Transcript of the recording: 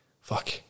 fuck